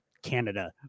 canada